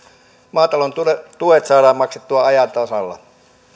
maatalouden tuet tuet saadaan maksettua ajan tasalla